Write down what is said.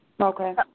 okay